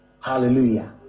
Hallelujah